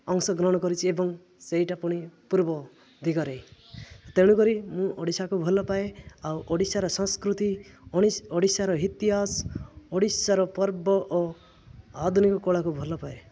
ଅଂଶଗ୍ରହଣ କରିଛି ଏବଂ ସେଇଟା ପୁଣି ପୂର୍ବ ଦିଗରେ ତେଣୁକରି ମୁଁ ଓଡ଼ିଶାକୁ ଭଲପାଏ ଆଉ ଓଡ଼ିଶାର ସଂସ୍କୃତି ଓଡ଼ିଶାର ଇତିହାସ ଓଡ଼ିଶାର ପର୍ବ ଓ ଆଧୁନିକ କଳାକୁ ଭଲପାଏ